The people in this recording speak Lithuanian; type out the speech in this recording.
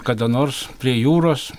kada nors prie jūros